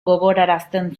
gogorarazten